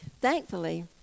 thankfully